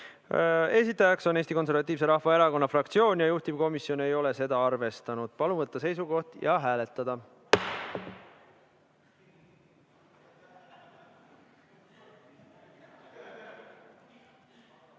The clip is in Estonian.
esitaja on Eesti Konservatiivse Rahvaerakonna fraktsioon ja juhtivkomisjon ei ole seda arvestanud. Palun võtta seisukoht ja hääletada!